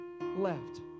left